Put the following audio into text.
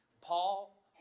Paul